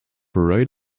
right